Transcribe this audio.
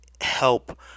help